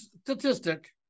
statistic